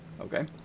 Okay